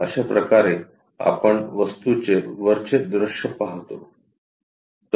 अशाप्रकारे आपण वस्तूचे वरचे दृश्य पाहतो